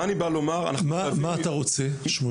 מה אתה רוצה, שמואל?